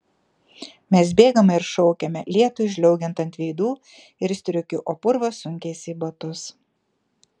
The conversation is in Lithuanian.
mes bėgame ir šaukiame lietui žliaugiant ant veidų ir striukių o purvas sunkiasi į batus